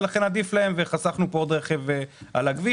ולכן עדיף להם וחסכנו עוד רכב על הכביש